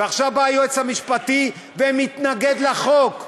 ועכשיו בא היועץ המשפטי ומתנגד לחוק.